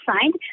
signed